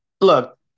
Look